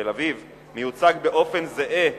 תל-אביב, מיוצג באופן זהה,